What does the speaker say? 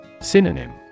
Synonym